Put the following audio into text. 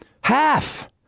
Half